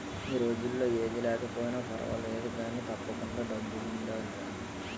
ఈ రోజుల్లో ఏది లేకపోయినా పర్వాలేదు కానీ, తప్పకుండా డబ్బులుండాలిరా